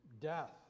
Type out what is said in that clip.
death